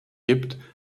gibt